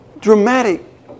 dramatic